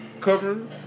covering